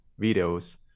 videos